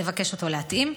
נבקש אותו להתאים.